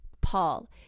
paul